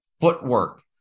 footwork